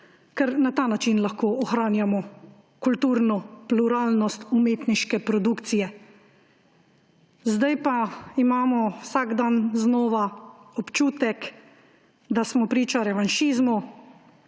ker na ta način lahko ohranjamo kulturno pluralnost umetniške produkcije. Zdaj pa imamo vsak dan znova občutek, da smo priča revanšizmu